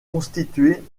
constituée